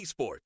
eSports